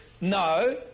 no